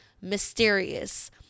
mysterious